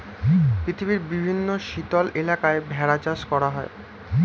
পৃথিবীর বিভিন্ন শীতল এলাকায় ভেড়া চাষ করা হয়